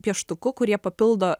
pieštuku kurie papildo